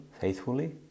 faithfully